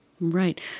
Right